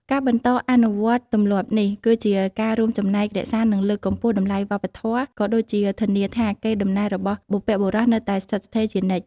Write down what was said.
ការបន្តអនុវត្តន៍ទម្លាប់នេះ គឺជាការរួមចំណែករក្សា និងលើកកម្ពស់តម្លៃវប្បធម៌ ក៏ដូចជាធានាថាកេរដំណែលរបស់បុព្វបុរសនៅតែស្ថិតស្ថេរជានិច្ច។